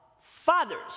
fathers